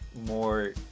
more